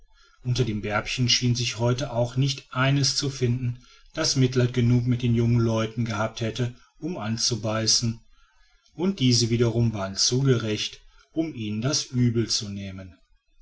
unter den bärbchen schien sich heute auch nicht eins zu finden das mitleid genug mit den jungen leuten gehabt hätte um anzubeißen und diese wiederum waren zu gerecht um ihnen das übel zu nehmen